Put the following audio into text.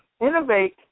innovate